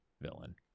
villain